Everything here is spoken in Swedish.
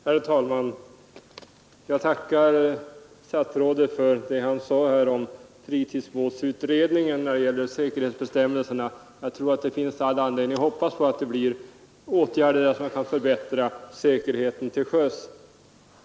Herr talman! Jag tackar statsrådet för det han sade om fritidsbåtsutredningen när det gäller säkerhetsbestämmelserna. Jag tror att det finns all anledning att hoppas på att det kommer att vidtas åtgärder för att säkerheten till sjöss kan förbättras.